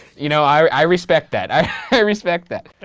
you know, i respect that. i respect that.